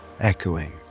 echoing